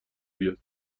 بیاد